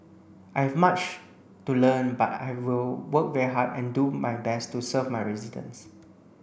I have much to learn but I will work very hard and do my best to serve my residents